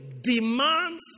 demands